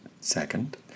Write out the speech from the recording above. Second